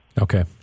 Okay